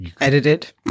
Edited